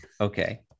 Okay